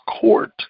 court